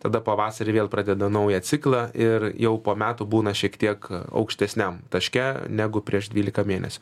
tada pavasarį vėl pradeda naują ciklą ir jau po metų būna šiek tiek aukštesniam taške negu prieš dvyliką mėnesių